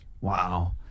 Wow